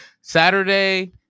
Saturday